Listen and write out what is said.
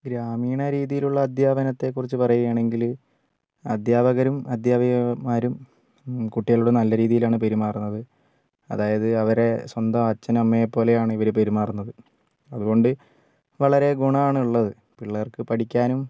ഗ്രാമീണ രീതിയിലുള്ള അധ്യാപനത്തെക്കുറിച്ച് പറയുകയാണെങ്കിൽ അധ്യാപകരും അധ്യാപികമാരും കുട്ടികളോട് നല്ല രീതിയിലാണ് പെരുമാറുന്നത് അതായത് അവരെ സ്വന്തം അച്ഛൻ അമ്മയെപ്പോലെയാണ് ഇവർ പെരുമാറുന്നത് അതുകൊണ്ട് വളരെ ഗുണമാണുള്ളത് പിള്ളേർക്ക് പഠിക്കാനും